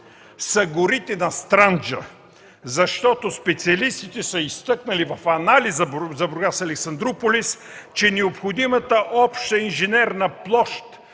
са горите на Странджа, защото специалистите са изтъкнали в анализа за „Бургас – Александруполис”, че необходимата обща инженерна площ